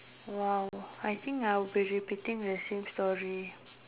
uh I think I will be repeating the same story